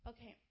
Okay